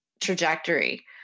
trajectory